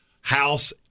House